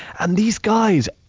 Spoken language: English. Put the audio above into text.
and these guys,